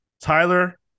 Tyler